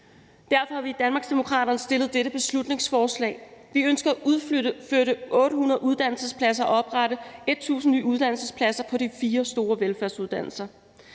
Derfor har vi i Danmarksdemokraterne fremsat dette beslutningsforslag. Vi ønsker at udflytte 800 uddannelsespladser og oprette 1.000 nye uddannelsespladser på de fire store velfærdsuddannelser.